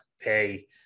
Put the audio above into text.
pay